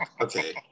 okay